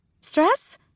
Stress